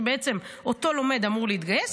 שבעצם אותו לומד אמור להתגייס,